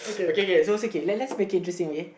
okay okay so okay let's make it interesting okay